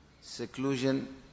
seclusion